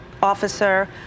Officer